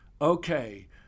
okay